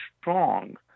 strong